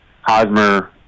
Hosmer